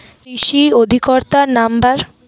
কৃষি অধিকর্তার নাম্বার?